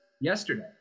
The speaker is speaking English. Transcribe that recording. yesterday